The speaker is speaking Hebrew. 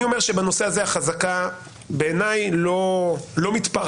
אני אומר שבנושא הזה החזקה בעיניי לא מתפרעת.